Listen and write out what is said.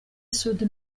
soudy